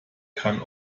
kann